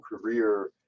career